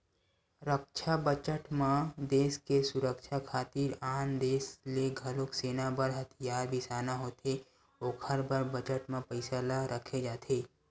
रक्छा बजट म देस के सुरक्छा खातिर आन देस ले घलोक सेना बर हथियार बिसाना होथे ओखर बर बजट म पइसा ल रखे जाथे